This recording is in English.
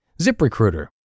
ZipRecruiter